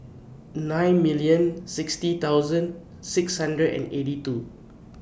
nine million sixty thousand six hundred and eighty two